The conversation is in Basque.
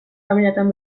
familiatan